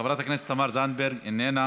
חברת הכנסת תמר זנדברג, איננה,